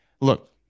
look